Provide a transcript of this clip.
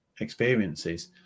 experiences